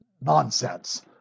nonsense